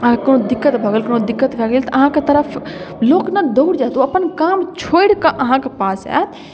अहाँकेँ कोनो दिक्कत भऽ गेल कोनो दिक्कत भए गेल तऽ अहाँके तरफ लोक ने दौड़ि जायत ओ अपन काम छोड़ि कऽ अहाँके पास आयत